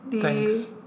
Thanks